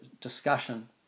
discussion